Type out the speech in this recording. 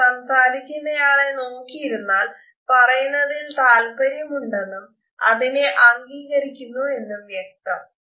എന്നാൽ സംസാരിക്കുന്നയാളെ നോക്കി ഇരുന്നാൽ പറയുന്നതിൽ താല്പര്യം ഉണ്ടെന്നും അതിനെ അംഗീകരിക്കുന്നു എന്നും വ്യക്തം